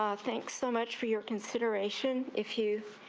ah thanks so much for your consideration if you.